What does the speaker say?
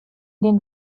den